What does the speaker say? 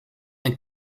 and